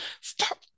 stop